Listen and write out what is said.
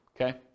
Okay